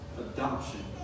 adoption